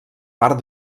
part